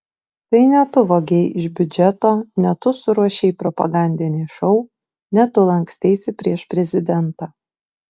tai ne tu vogei iš biudžeto ne tu suruošei propagandinį šou ne tu lanksteisi prieš prezidentą